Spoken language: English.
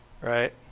right